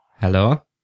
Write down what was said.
Hello